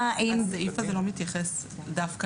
הסעיף הזה לא מתייחס דווקא לזה.